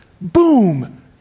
boom